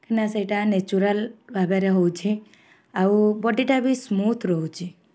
କାହିଁକିନା ସେଇଟା ନ୍ୟାଚୁରାଲ ଭାବରେ ହେଉଛି ଆଉ ବଡ଼ିଟା ବି ସ୍ମୁଥ୍ ରହୁଛି